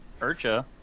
Urcha